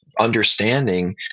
Understanding